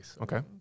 Okay